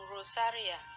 Rosaria